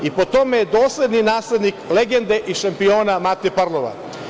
I po tome je dosledni naslednik legende šampiona Mate Parlova.